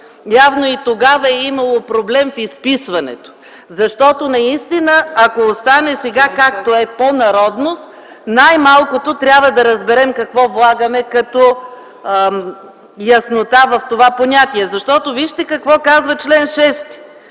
Явно и тогава е имало проблем в изписването, защото наистина, ако остане, както е сега– „по народност”, най-малкото трябва да разберем какво влагаме в това понятие за яснота. Вижте какво казва чл. 6